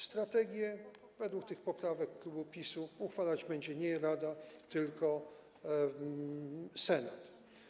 Strategie, według tych poprawek klubu PiS, uchwalać będzie nie rada, tylko Senat.